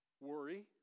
worry